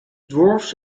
dwarves